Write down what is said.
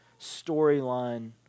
storyline